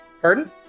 Pardon